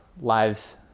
lives